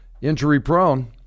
injury-prone